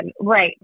Right